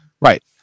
Right